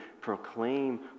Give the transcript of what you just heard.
proclaim